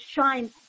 shine